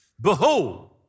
behold